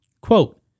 Quote